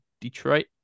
Detroit